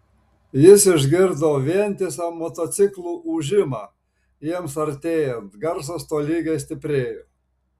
jis išgirdo vientisą motociklų ūžimą jiems artėjant garsas tolygiai stiprėjo